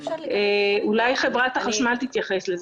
אולי חברת החשמל תתייחס לזה.